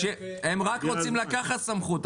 הם רק רוצים לקחת סמכות,